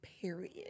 period